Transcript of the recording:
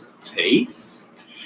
taste